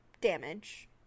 damage